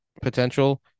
potential